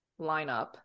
lineup